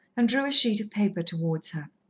and drew a sheet of paper towards her.